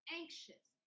anxious